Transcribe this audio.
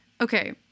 Okay